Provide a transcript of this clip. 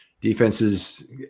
defenses